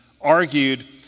argued